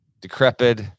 decrepit